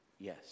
Yes